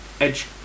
edge